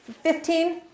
Fifteen